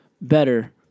Better